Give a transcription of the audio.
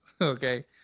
Okay